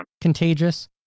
contagious